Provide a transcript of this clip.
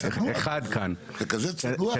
אתה כזה צנוע.